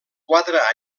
quatre